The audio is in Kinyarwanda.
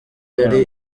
yari